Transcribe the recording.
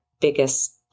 biggest